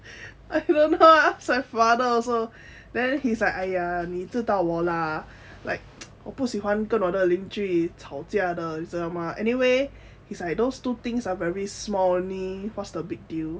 I don't know I ask my father also then he's like !aiya! 你知道我啦 like 我不喜欢跟我的邻居吵架的你知道吗 anyway he's like those two things are very small only what's the big deal